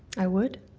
i would.